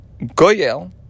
Goyel